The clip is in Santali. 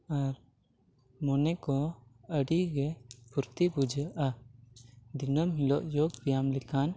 ᱟᱨ ᱢᱚᱱᱮᱠᱚ ᱟᱹᱰᱤᱜᱮ ᱯᱷᱩᱨᱛᱤ ᱵᱩᱡᱷᱟᱹᱜᱼᱟ ᱫᱤᱱᱟᱹᱢ ᱦᱤᱞᱳᱜ ᱡᱳᱜᱽ ᱵᱮᱭᱟᱢ ᱞᱮᱠᱷᱟᱱ